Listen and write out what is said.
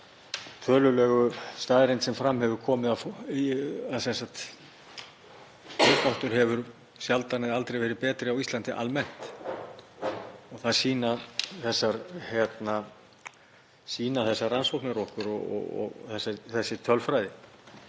tölulegu staðreynd sem fram hefur komið að kaupmáttur hefur sjaldan eða aldrei verið betri á Íslandi almennt. Það sýna þessar rannsóknir okkur og þessi tölfræði.